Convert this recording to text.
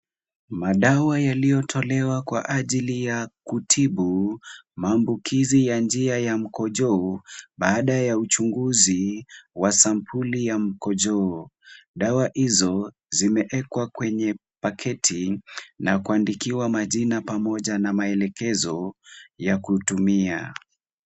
Madawa yaliyotolewa kwa ajili ya kutibu maambukizi ya njia ya mkojo baada ya uchunguzi wa sampli ya mkojo. Dawa hizo zimewekwa kwenye pakiti na kuandikiwa majina pamoja na maelekezo ya kuitumia.